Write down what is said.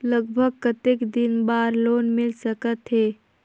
लगभग कतेक दिन बार लोन मिल सकत हे?